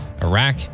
Iraq